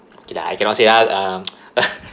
okay lah I cannot say ah um